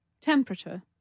Temperature